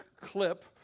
clip